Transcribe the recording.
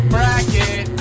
Bracket